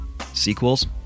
sequels